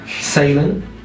sailing